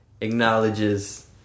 acknowledges